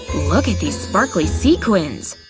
look at these sparkly sequins!